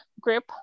group